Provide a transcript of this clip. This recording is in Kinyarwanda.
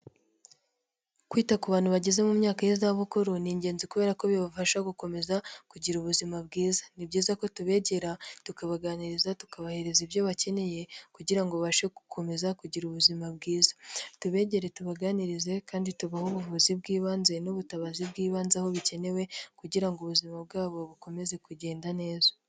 Kwita ku bantu bageze mu myaka y'izabukuru ni ingenzi kubera ko bibafasha gukomeza kugira ubuzima bwiza, ni byiza ko tubegera, tukabaganiriza, tukabahereza ibyo bakeneye kugirango babashe gukomeza kugira ubuzima bwiza, tubegere tubaganirize kandi tubahe ubuvuzi bw'ibanze n'ubutabazi bw'ibanze, aho bikenewe kugira ngo ubuzima bwabo bukomeze kugenda neza.